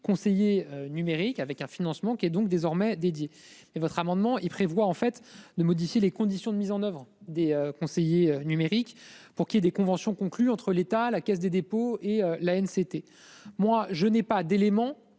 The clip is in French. conseillers numérique avec un financement qui est donc désormais dédié et votre amendement. Il prévoit en fait de modifier les conditions de mise en oeuvre des conseillers numériques pour qu'il y ait des conventions conclues entre l'État, la Caisse des dépôts et la haine. C'était moi je n'ai pas d'éléments